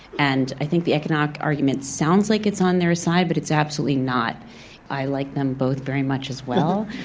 and i think the economic argument sounds like it's on their side, but it's absolutely not. it's i like them both very much as well.